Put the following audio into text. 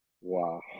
Wow